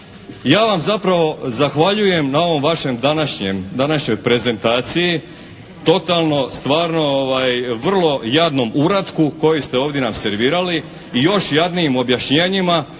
Ja vam zapravo zahvaljujem na ovoj vašoj današnjoj prezentaciji. Totalno, stvarno vrlo jadnom uratku koji ste ovdje nam servirali i još jadnijim objašnjenjima,